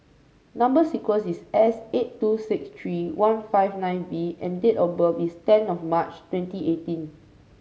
number sequence is S eight two six three one five nine V and date of birth is ten of March twenty eighteen